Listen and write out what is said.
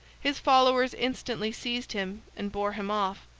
his followers instantly seized him and bore him off,